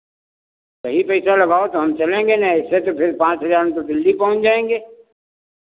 सही पैसा लगाओ तो हम चलेंगे नहीं ऐसे तो फिर पाँच हज़ार में तो दिल्ली पहुँच जाएँगे